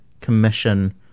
Commission